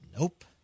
Nope